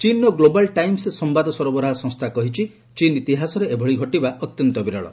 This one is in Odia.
ଚୀନ୍ର 'ଗ୍ଲୋବାଲ୍ ଟାଇମ୍ସ୍' ସମ୍ଭାଦ ସରବରାହ ସଂସ୍ଥା କହିଛି ଚୀନ୍ ଇତିହାସରେ ଏଭଳି ଘଟିବା ଅତ୍ୟନ୍ତ ବିରଳ